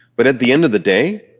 but at the end of the day,